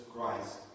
Christ